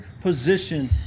position